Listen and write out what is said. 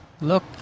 look